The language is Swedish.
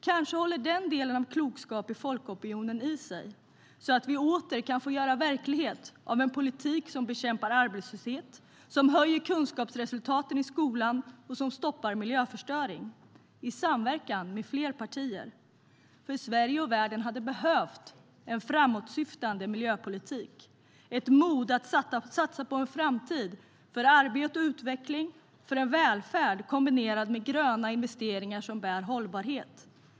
Kanske håller den delen av klokskap i folkopinionen i sig så att vi åter kan få göra verklighet av en politik som bekämpar arbetslöshet, som höjer kunskapsresultaten i skolan och som stoppar miljöförstöringen - i samverkan med fler partier. Sverige och världen hade behövt en framåtsyftade miljöpolitik och ett mod att satsa på en framtid för arbete och utveckling och för en välfärd kombinerad med gröna investeringar som bär hållbarhet.